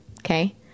Okay